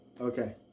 Okay